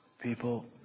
people